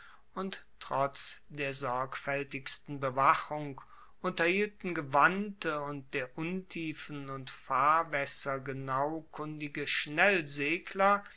und trotz der sorgfaeltigsten bewachung unterhielten gewandte und der untiefen und fahrwaesser genau kundige